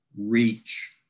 reach